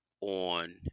on